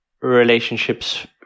relationships